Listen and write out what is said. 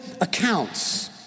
accounts